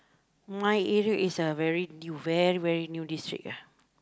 my area is uh very new very very new district ah